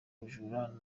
ubujura